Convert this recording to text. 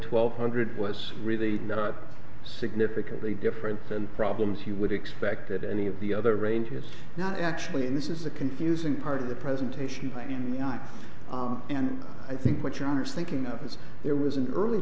twelve hundred was really not significantly different than problems you would expect at any of the other ranges not actually and this is the confusing part of the presentation in the i'm and i think what you are thinking of is there was an early